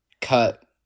cut